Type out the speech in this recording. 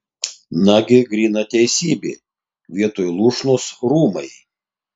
nagi gryna teisybė vietoj lūšnos rūmai